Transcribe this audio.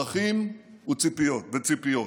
צרכים וציפיות.